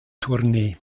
tournee